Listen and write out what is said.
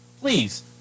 Please